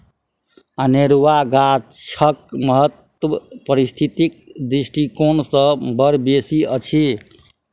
अनेरुआ गाछक महत्व पारिस्थितिक दृष्टिकोण सँ बड़ बेसी अछि